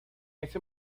ese